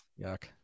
yuck